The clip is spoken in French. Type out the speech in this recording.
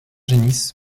genis